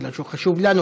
בגלל שהוא חשוב לנו,